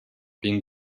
being